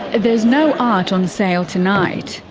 ah there's no art on sale tonight.